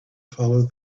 follow